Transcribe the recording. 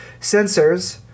sensors